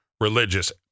religious